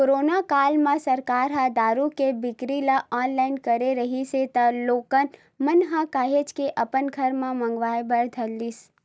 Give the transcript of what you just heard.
corona काल म सरकार ह दारू के बिक्री ल ऑनलाइन करे रिहिस त लोगन मन ह काहेच के अपन घर म मंगाय बर धर लिस